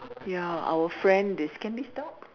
ya our friend is can we stop